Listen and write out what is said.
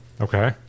okay